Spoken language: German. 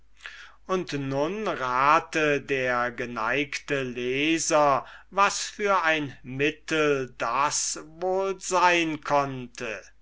und nun rate der geneigte leser was für ein mittel das wohl sein konnte